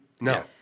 No